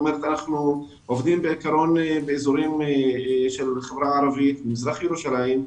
אנחנו עובדים באזורים של החברה הערבית במזרח ירושלים,